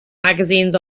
magazines